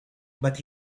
but